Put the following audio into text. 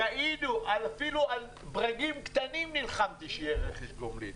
אפילו על ברגים קטנים נלחמתי שיהיה רכש גומלין.